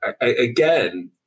again